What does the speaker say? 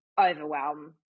overwhelm